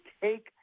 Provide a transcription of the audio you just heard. take